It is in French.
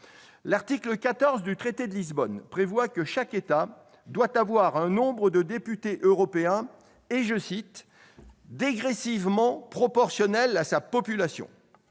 L'article 14 du traité de Lisbonne prévoit que chaque État doit avoir un nombre de députés européens « dégressivement proportionnel à sa population ».